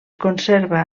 conserva